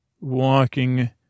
walking